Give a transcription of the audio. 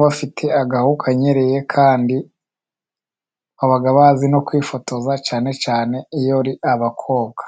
bafite agahu kanyereye kandi baba bazi no kwifotoza, cyane cyane iyo ari abakobwa.